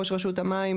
ראש רשות המים,